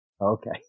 Okay